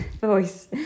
voice